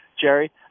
Jerry